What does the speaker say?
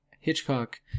Hitchcock